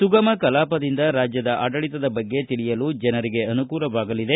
ಸುಗಮ ಕಲಾಪದಿಂದ ರಾಜ್ಯದ ಆಡಳಿತದ ಬಗ್ಗೆ ತಿಳಿಯಲು ಜನರಿಗೆ ಅನುಕೂಲವಾಗಲಿದೆ